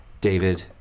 David